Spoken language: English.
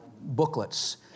booklets